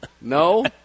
No